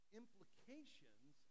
implications